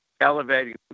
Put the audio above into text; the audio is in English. elevating